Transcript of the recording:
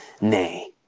Nay